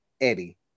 Eddie